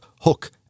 hook